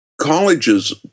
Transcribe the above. colleges